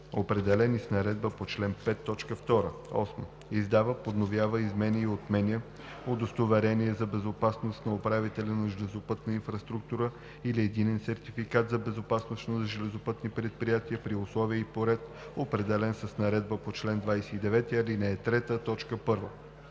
определени с наредбата по чл. 5, т. 2; 8. издава, подновява, изменя и отнема удостоверение за безопасност на управителя на железопътната инфраструктура или единен сертификат за безопасност на железопътни предприятия при условия и по ред, определени с наредбата по чл. 29, ал.